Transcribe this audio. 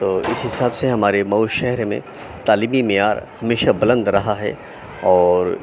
تو اِس حساب سے ہمارے مئو شہر میں تعلیمی معیار ہمیشہ بُلند رہا ہے اور